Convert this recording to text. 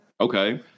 Okay